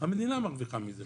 המדינה מרוויחה מזה.